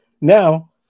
Now